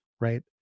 right